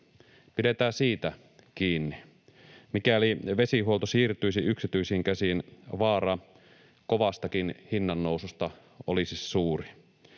Pidetään siitä kiinni. Mikäli vesihuolto siirtyisi yksityisiin käsiin, vaara kovastakin hinnannoususta olisi suuri.